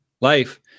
life